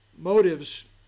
motives